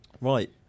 Right